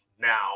now